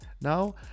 now